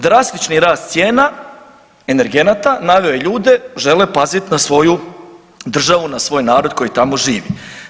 Drastični rast cijena energenata naveo je ljude, žele pazit na svoju državu i na svoj narod koji tamo živi.